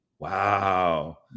Wow